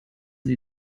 sie